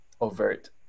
overt